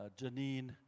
Janine